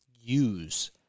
use